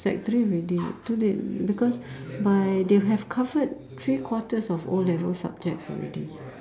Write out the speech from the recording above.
sec three already too late because by they would have covered three quarters of O-level subjects already